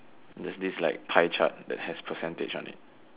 there's this like pie chart that has percentage on it